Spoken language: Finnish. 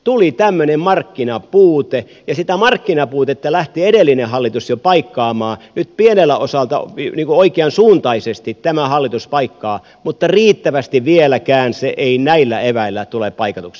tuli tämmöinen markkinapuute ja sitä markkinapuutetta lähti edellinen hallitus jo paikkaamaan nyt pieneltä osalta niin kuin oikeansuuntaisesti tämä hallitus paikkaa mutta riittävästi vieläkään se ei näillä eväillä tule paikatuksi